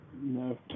No